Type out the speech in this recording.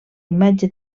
imatge